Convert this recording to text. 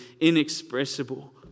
inexpressible